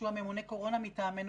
שהוא ממונה קורונה מטעמנו,